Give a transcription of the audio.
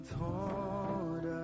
taught